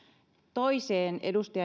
toiseen edustaja junnila jo viittasikin eli